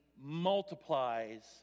multiplies